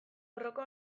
borroka